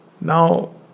Now